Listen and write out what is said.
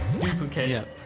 duplicate